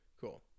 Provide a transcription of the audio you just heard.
Cool